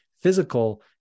physical